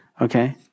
Okay